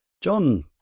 John